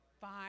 Fine